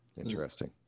Interesting